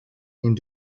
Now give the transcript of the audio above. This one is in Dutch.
een